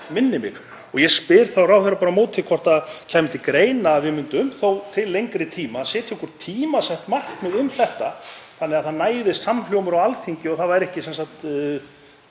minnir mig. Ég spyr þá ráðherra bara á móti hvort það kæmi til greina að við myndum, þá til lengri tíma, setja okkur tímasett markmið um þetta þannig að það næðist samhljómur á Alþingi og það væri ekki bitbein